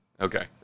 Okay